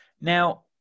now